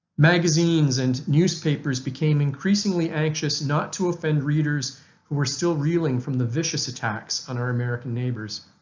magazines and newspapers became increasingly anxious not to offend readers who were still reeling from the vicious attacks on our american neighbors.